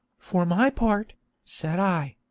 for my part said i,